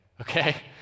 okay